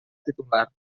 titular